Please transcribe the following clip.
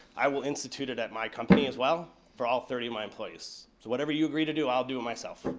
i will institute it at my company as well, for all thirty of my employees. so whatever you agree to do, i'll do it myself.